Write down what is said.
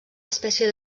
espècie